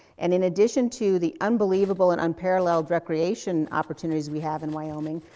and in addition to the unbelievable and unparalleled recreation opportunities we have in wyoming,